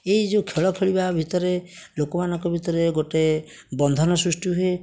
ଏଇ ଯେଉଁ ଖେଳ ଖେଳିବା ଭିତରେ ଲୋକମାନଙ୍କ ଭିତରେ ଗୋଟେ ବନ୍ଧନ ସୃଷ୍ଟି ହୁଏ